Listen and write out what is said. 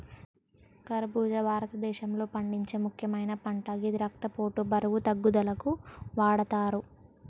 ఖర్బుజా భారతదేశంలో పండించే ముక్యమైన పంట గిది రక్తపోటు, బరువు తగ్గుదలకు వాడతరు